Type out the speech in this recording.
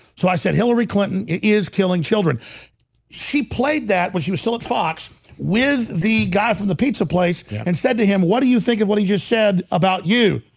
so i said hillary clinton is killing children she played that when she was still at fox with the guy from the pizza place yeah and said to him what do you think of what he just said about you?